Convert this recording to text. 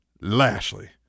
Lashley